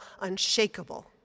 unshakable